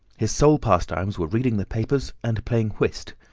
his sole pastimes were reading the papers and playing whist.